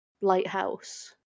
lighthouse